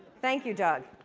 thank you, doug.